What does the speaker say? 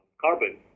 carbon